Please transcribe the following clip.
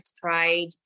tried